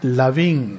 loving